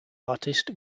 artist